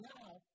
now